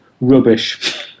Rubbish